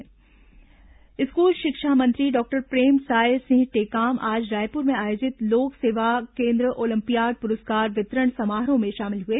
Tekam digital olympiad school शिक्षा मंत्री doctor Premsai Singh Tekam आज रायपुर में आयोजित लोक सेवा केन्द्र ओलम्पियाड पुरस्कार वितरण समारोह में शामिल हुए